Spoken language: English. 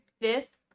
fifth